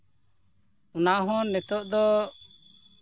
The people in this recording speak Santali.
ᱚᱱᱟ ᱦᱚᱸ ᱱᱤᱛᱳᱜ ᱫᱚ